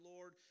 Lord